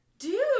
Dude